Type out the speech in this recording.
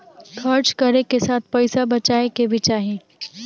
खर्च करे के साथ पइसा बचाए के भी चाही